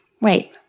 wait